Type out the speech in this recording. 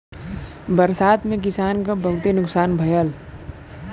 बरसात में किसान क बहुते नुकसान भयल